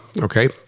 Okay